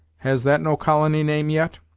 has that no colony-name yet?